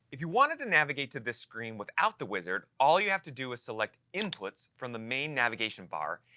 if you wanted to navigate to this screen without the wizard, all you have to do is select inputs from the main navigation bar,